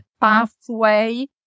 pathway